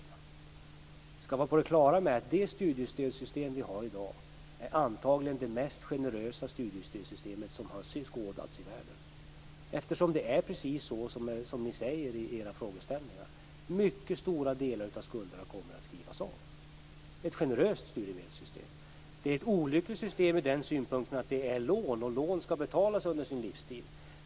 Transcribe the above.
Vi skall vara på det klara med att det studiestödssystem vi har i dag antagligen är det mest generösa studiestödssystemet som har skådats i världen. Det är precis så som ni säger i era frågeställningar, nämligen att mycket stora delar av skulderna kommer att skrivas av. Det är ett generöst studiemedelssystem. Det är ett olyckligt system ur den synpunkten att det är lån, och lån skall betalas under ens livstid.